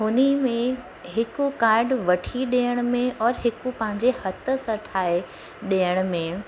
हुन में हिकु कार्ड वठी ॾियण में और हिकु पंहिंजे हथ सां ठाहे ॾियण में